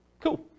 cool